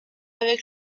avec